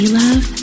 love